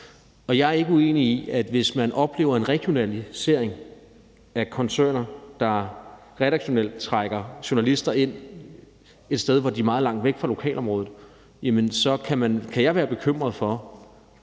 en negativ retning. Hvis man oplever en regionalisering af koncerner, der redaktionelt trækker journalister hen til et sted, hvor de er meget langt fra lokalområdet, kan jeg være bekymret for,